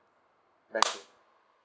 banking